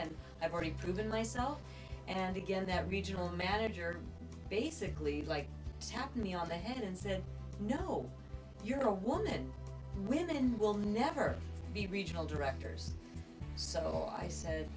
and i've already proven myself and again that regional manager basically like tapped me on the head and said no you're a woman and women will never be regional directors so